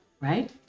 right